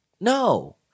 No